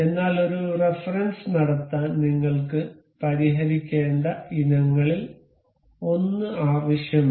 എന്നാൽ ഒരു റഫറൻസ് നടത്താൻ നിങ്ങൾക്ക് പരിഹരിക്കേണ്ട ഇനങ്ങളിൽ ഒന്ന് ആവശ്യമാണ്